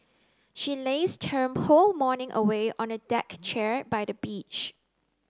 she lazed her whole morning away on a deck chair by the beach